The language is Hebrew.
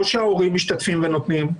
או שההורים משתתפים ונותנים,